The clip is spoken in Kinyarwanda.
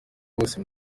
bose